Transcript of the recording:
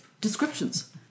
descriptions